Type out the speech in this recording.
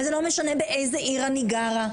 וזה לא משנה באיזה עיר אני גרה.